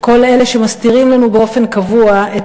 כל אלה שמסתירים לנו באופן קבוע את